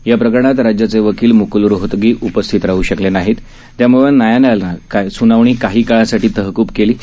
या प्रकरणात राज्याचे वकील मुकुल रोहतगी उपस्थित राह शकले नाहीत त्यामुळे न्यायालयानं सूनावणी काही काळासाठी तहक्ब केली होती